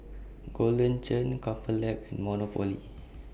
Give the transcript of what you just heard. Golden Churn Couple Lab and Monopoly